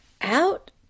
out